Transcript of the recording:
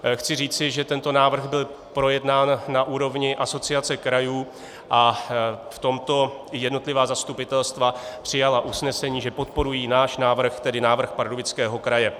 Chci říci, že tento návrh byl projednán na úrovni Asociace krajů a v tomto jednotlivá zastupitelstva přijala usnesení, že podporují náš návrh, tedy návrh Pardubického kraje.